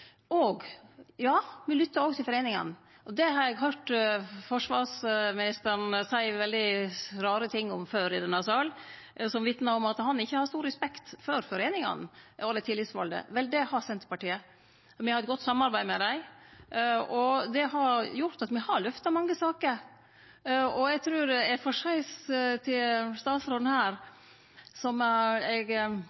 foreiningane. Det har eg høyrt forsvarsministeren seie veldig rare ting om før i denne salen, som vitnar om at han ikkje har stor respekt for foreiningane og dei tillitsvalde. Det har Senterpartiet. Me har eit godt samarbeid med dei, og det har gjort at me har lyfta mange saker. Eg får seia til statsråden her som eg sa til Per Sandberg då eg